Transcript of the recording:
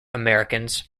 americans